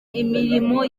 imirimo